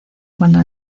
cuando